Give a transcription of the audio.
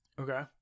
Okay